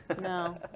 No